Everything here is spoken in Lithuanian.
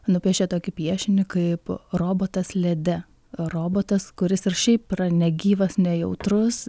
nupiešė tokį piešinį kaip robotas lede robotas kuris ir šiaip yra negyvas nejautrus